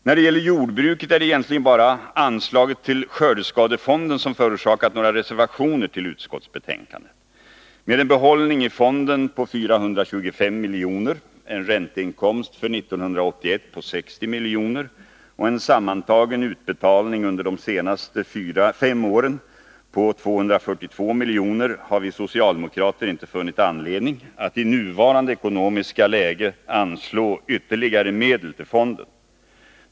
När det gäller jordbruket är det egentligen bara anslaget till skördeskadefonden som förorsakat några reservationer till utskottsbetänkandet. Då det finns en behållning i fonden på 425 miljoner, en ränteinkomst för 1981 på 60 miljoner och en sammantagen utbetalning under de senaste fem åren på 242 miljoner, har vi socialdemokrater inte funnit anledning att i nuvarande ekonomiska läge anslå ytterligare medel till fonden.